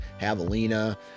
javelina